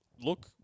look